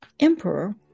emperor